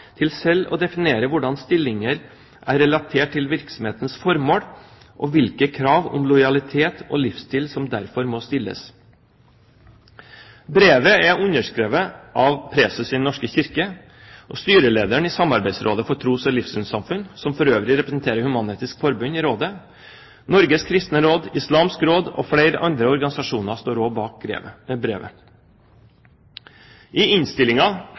til selv å definere hvordan stillinger er relatert til virksomhetens formål og hvilke krav om lojalitet og livsstil som derfor må stilles.» Brevet er underskrevet av preses i Den norske kirke og styrelederen i Samarbeidsrådet for tros- og livssynssamfunn, som for øvrig representerer Human-Etisk Forbund i rådet. Norges Kristne Råd, Islamsk Råd og flere andre organisasjoner står også bak brevet. I